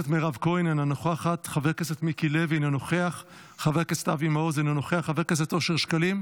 אני לא מוכנה ששם תהיה השפלה של נשים או של צרכני זנות באותה מידה.